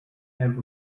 have